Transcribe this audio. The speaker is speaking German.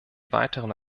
weiteren